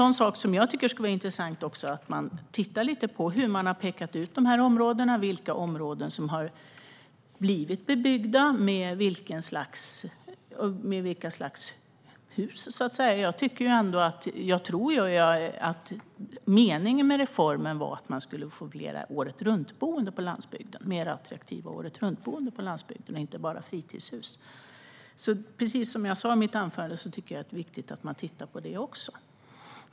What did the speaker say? Det skulle vara intressant att titta lite på hur man har pekat ut de här områdena och vilka områden som har blivit bebyggda och med vilka slags hus. Meningen med reformen var att man skulle få mer attraktiva åretruntboenden på landsbygden och inte bara fritidshus. Precis som jag sa i mitt anförande tycker jag att det är viktigt att man tittar på det också.